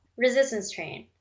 resistance train.